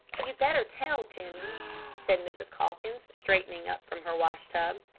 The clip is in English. you'd better tell, jimmie, said mrs. calkins, straightening up from her wash-tub.